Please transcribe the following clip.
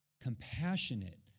compassionate